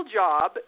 job